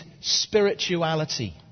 spirituality